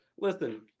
Listen